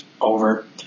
over